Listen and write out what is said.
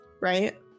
right